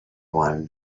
wanted